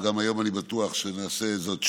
גם היום אני בטוח שנעשה זאת שוב.